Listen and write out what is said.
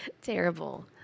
terrible